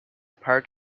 parc